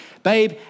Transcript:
Babe